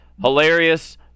hilarious